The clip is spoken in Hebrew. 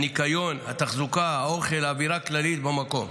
הניקיון, התחזוקה, האוכל והאווירה הכללית במקום.